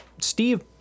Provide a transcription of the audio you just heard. Steve